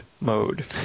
mode